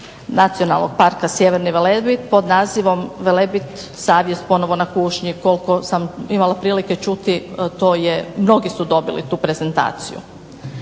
Nacionalnog parka Sjeverni Velebit pod nazivom "Velebit savjest ponovno na kušnji" koliko sam imala prilike čuti to je mnogi su dobili tu prezentaciju.